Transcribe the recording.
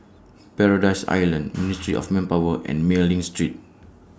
Paradise Island Ministry of Manpower and Mei Ling Street